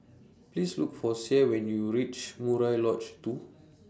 Please Look For Sie when YOU REACH Murai Lodge two